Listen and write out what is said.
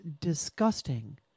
disgusting